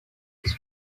his